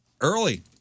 early